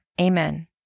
amen